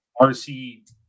rc